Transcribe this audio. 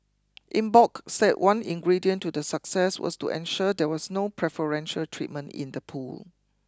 Eng Bock said one ingredient to the success was to ensure there was no preferential treatment in the pool